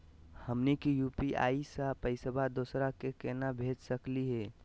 हमनी के यू.पी.आई स पैसवा दोसरा क केना भेज सकली हे?